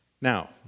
Now